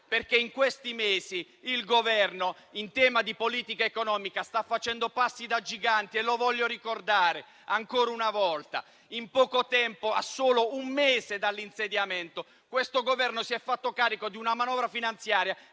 Senato. In questi mesi il Governo in tema di politica economica sta facendo passi da gigante, e lo voglio ricordare ancora una volta. In poco tempo, a solo un mese dall'insediamento, questo Governo si è fatto carico di una manovra finanziaria